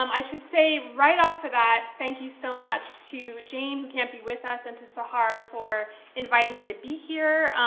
um i should say right off the bat, thank you so much to jane, who can't be with us, and to sahar for inviting me to be here.